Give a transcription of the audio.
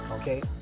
Okay